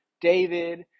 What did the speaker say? David